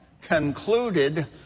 concluded